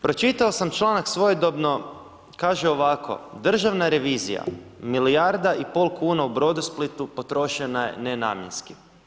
Pročitao sam članak svojedobno, kaže ovako, državna revizija, milijarda i pol kn u Brodosplitu potrošena je nenamjenski.